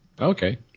Okay